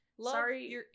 Sorry